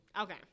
Okay